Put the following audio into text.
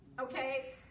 Okay